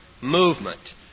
movement